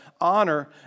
honor